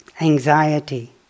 anxiety